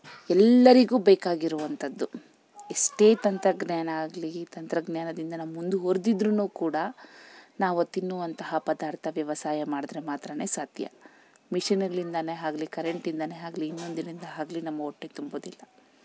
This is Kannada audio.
ಎಲ್ಲರಿಗೂ ಬೇಕಾಗಿರುವಂಥದ್ದು ಎಷ್ಟೇ ತಂತ್ರಜ್ಞಾನ ಆಗಲಿ ಈ ತಂತ್ರಜ್ಞಾನದಿಂದ ನಾವು ಮುಂದುವರ್ದಿದ್ರೂ ಕೂಡ ನಾವು ತಿನ್ನುವಂತಹ ಪದಾರ್ಥ ವ್ಯವಸಾಯ ಮಾಡಿದರೆ ಮಾತ್ರನೆ ಸಾಧ್ಯ ಮಿಶಿನಲ್ಲಿಂದನೆ ಆಗ್ಲಿ ಕರೆಂಟಿಂದನೆ ಆಗ್ಲಿ ಇನ್ನೊಂದರಿಂದ ಆಗ್ಲಿ ನಮ್ಮ ಹೊಟ್ಟೆ ತುಂಬೊದಿಲ್ಲ